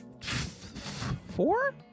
four